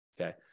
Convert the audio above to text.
okay